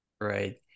Right